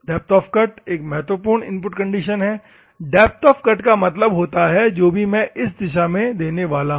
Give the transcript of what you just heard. depth of cut एक महत्वपूर्ण input condition है डेप्थ ऑफ़ कट का मतलब है जो भी मैं इस दिशा में देने वाला हूं